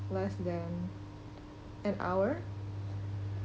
less than an hour